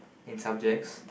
in subjects